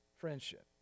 Friendship